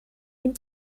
ihm